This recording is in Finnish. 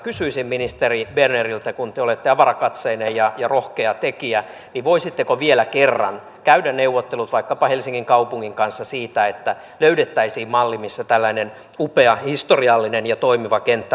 kysyisin ministeri berneriltä kun te olette avarakatseinen ja rohkea tekijä voisitteko vielä kerran käydä neuvottelut vaikkapa helsingin kaupungin kanssa siitä että löydettäisiin malli missä tällainen upea historiallinen ja toimiva kenttä voitaisin turvata